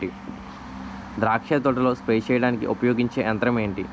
ద్రాక్ష తోటలో స్ప్రే చేయడానికి ఉపయోగించే యంత్రం ఎంటి?